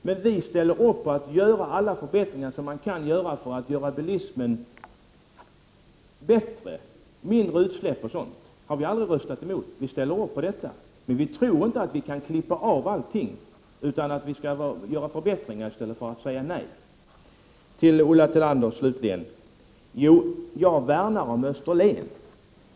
Men vi är beredda att bidra till att alla förbättringar som kan göras görs för att bilismen skall bli bättre och bl.a. ge mindre utsläpp, vilket vi aldrig har röstat mot. Vi ställer oss bakom sådant, men vi tror inte att man kan så att säga helt klippa av bilismen. Vi skall därför göra förbättringar i stället för att säga nej. Slutligen vill jag säga följande till Ulla Tillander. Jag värnar om Österlen.